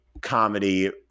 comedy